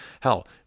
hell